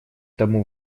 тому